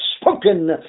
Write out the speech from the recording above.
spoken